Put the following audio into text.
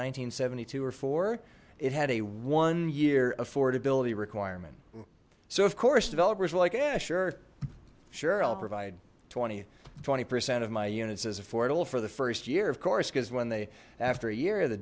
and seventy two or four it had a one year affordability requirement so of course developers were like yeah sure sure i'll provide twenty twenty percent of my units as affordable for the first year of course cuz when they after a year the